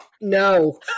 No